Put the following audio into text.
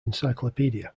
encyclopedia